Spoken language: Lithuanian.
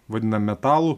vadina metalu